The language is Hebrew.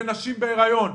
זה נשים בהיריון,